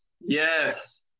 Yes